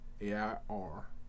A-I-R